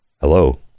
hello